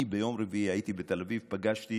אני ביום רביעי הייתי בתל אביב ופגשתי